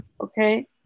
Okay